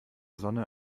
sonne